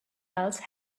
else